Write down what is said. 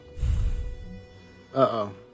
Uh-oh